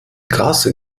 gase